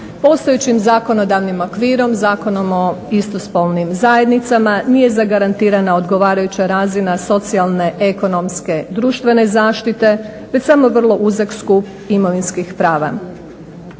postojećim zakonodavnim okvirom, Zakonom o istospolnim zajednicama nije zagarantirana odgovarajuća razina socijalne, ekonomske, društvene zaštite već samo vrlo uzak skup imovinskih prava.